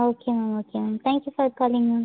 okay ma'am okay ma'am thank you for calling ma'am